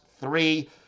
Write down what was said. three